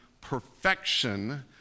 perfection